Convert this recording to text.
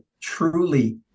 truly